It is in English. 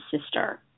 sister